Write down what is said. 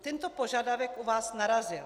Tento požadavek u vás narazil.